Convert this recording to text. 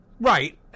Right